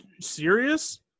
serious